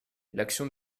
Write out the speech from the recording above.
l’action